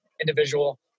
individual